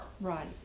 Right